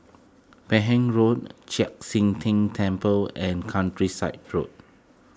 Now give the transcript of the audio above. Road Chek Sian Tng Temple and Countryside Road